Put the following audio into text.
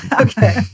Okay